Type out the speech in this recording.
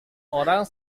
orang